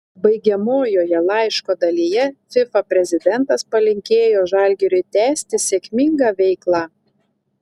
baigiamojoje laiško dalyje fifa prezidentas palinkėjo žalgiriui tęsti sėkmingą veiklą